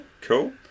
cool